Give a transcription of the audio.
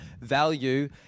value